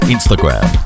Instagram